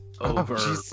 over